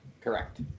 Correct